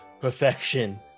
perfection